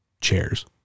chairs